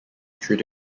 through